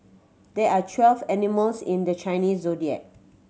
there are twelve animals in the Chinese Zodiac